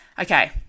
Okay